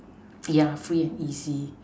yeah free and easy